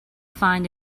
find